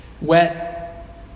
wet